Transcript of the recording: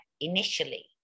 initially